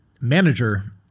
manager